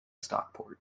stockport